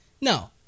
No